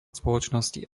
spoločnosti